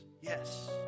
yes